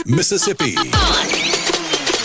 Mississippi